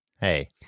Hey